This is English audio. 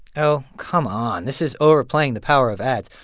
oh, come on, this is overplaying the power of ads.